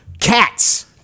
Cats